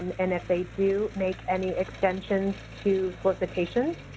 and and if they do make any extensions to solicitations,